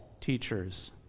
teachers